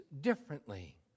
differently